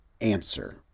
answer